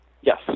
Yes